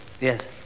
Yes